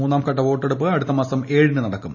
മൂന്നാംഘട്ട വോട്ടെടുപ്പ് അടുത്ത മാസം ഏഴിന് നടക്കും